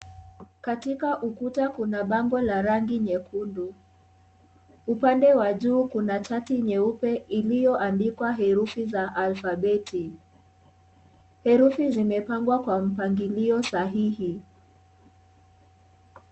Katika ukuta kuna bango la rangi nyekundu, upande wa juu kuna chati nyeupe ulioandikwa herufi za alfabeti, herufi zimepangwa kwa mpangilio sahihi.